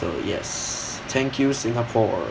so yes thank you singapore